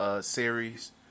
series